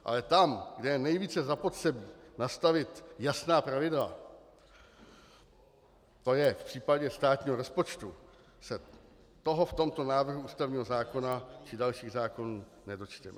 Ale tam, kde je nejvíce zapotřebí nastavit jasná pravidla, to je v případě státního rozpočtu, se toho v tomto návrhu ústavního zákona či dalších zákonů nedočteme.